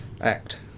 act